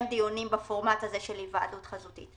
דיונים בפורמט הזה של היוועדות חזותית.